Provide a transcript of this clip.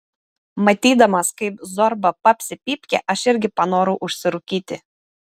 matydamas kaip zorba papsi pypkę aš irgi panorau užsirūkyti